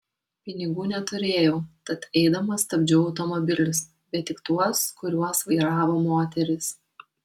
pinigų neturėjau tad eidama stabdžiau automobilius bet tik tuos kuriuos vairavo moterys